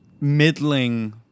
middling